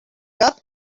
cap